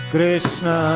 Krishna